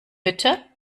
bitte